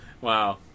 Wow